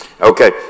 Okay